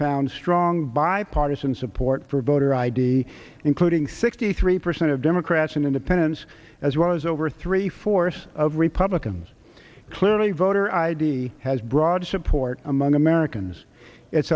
found strong bipartisan support for voter id including sixty three percent of democrats and independents as well as over three fourths of republicans clearly voter id has broad support among americans it's